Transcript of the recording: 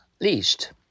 least